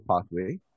pathway